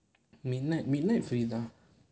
midnight midnight free தான்:thaan